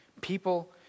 People